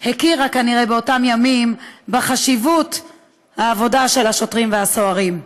הכירה כנראה באותם ימים בחשיבות העבודה של השוטרים והסוהרים.